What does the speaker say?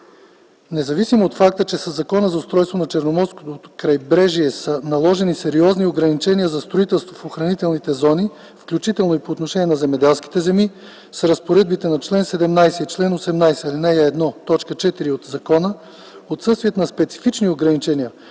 Независимо от факта, че със Закона за устройството на Черноморското крайбрежие са наложени сериозни ограничения за строителство в охранителните зони, включително и по отношение на земеделските земи, с разпоредбите на чл. 17 и чл. 18, ал. 1, т. 4 от закона, отсъствието на специфични ограничения